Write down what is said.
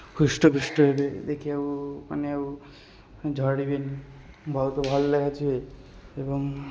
ହୃଷ୍ଟପୃଷ୍ଟ ହେବେ ଦେଖିବାକୁ ମାନେ ଆଉ ଝଡ଼ିବେନି ବହୁତ ଭଲ ଦେଖାଯିବେ ଏବଂ